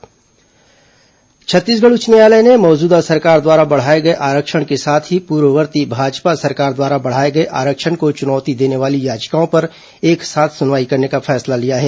high court आरक्षण सुनवाई छत्तीसगढ़ उच्च न्यायालय ने मौजूदा सरकार द्वारा बढ़ाए गए आरक्षण के साथ ही पूर्ववर्ती भाजपा सरकार द्वारा बढ़ाए गए आरक्षण को चुनौती देने वाली याचिकाओं पर एक साथ सुनवाई करने का फैसला लिया है